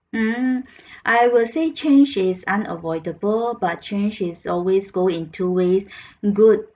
mm I will say change is unavoidable but change is always go in two ways good